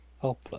Help